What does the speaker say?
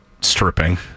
stripping